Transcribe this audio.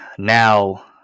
Now